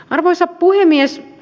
arvoisa puhemies